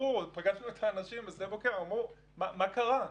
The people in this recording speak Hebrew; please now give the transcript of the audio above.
פגשנו את האנשים בשדה בוקר, הם אמרו: מה קרה?